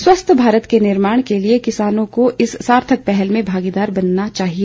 स्वस्थ भारत के निर्माण के लिये किसानों को इस सार्थक पहल में भागीदार बनना चाहिए